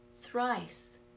thrice